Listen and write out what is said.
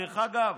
דרך אגב,